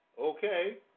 Okay